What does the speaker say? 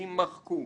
יימחקו.